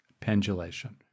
pendulation